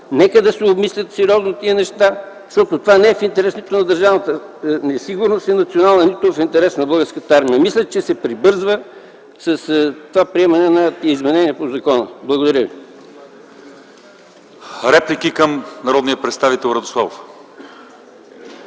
Нека да се обмислят сериозно тези неща, защото това не е в интерес нито на държавата, нито на държавната ни сигурност, нито в интерес на Българската армия. Мисля, че се прибързва с това приемане на изменения по закона. Благодаря ви.